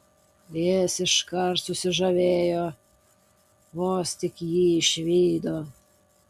jis iškart susižavėjo vos tik jį išvydo